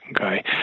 okay